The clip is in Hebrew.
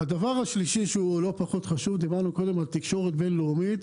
הדבר השלישי שלא פחות חשוב כי דיברנו קודם על תקשורת בין-לאומית